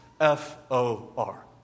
F-O-R